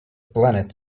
planet